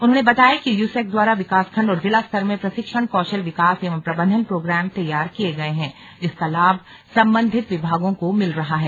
उन्होंने बताया कि यूसैक द्वारा विकासखण्ड और जिला स्तर में प्रशिक्षण कौशल विकास एवं प्रबंधन प्रोग्राम तैयार किये गये हैं जिसका लाभ संबंधित विभागों को मिल रहा है